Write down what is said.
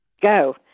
go